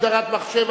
הגדרת מחשב),